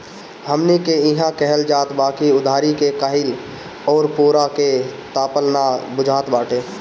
हमनी के इहां कहल जात बा की उधारी के खाईल अउरी पुअरा के तापल ना बुझात बाटे